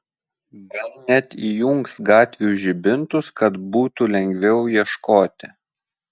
gal net įjungs gatvių žibintus kad būtų lengviau ieškoti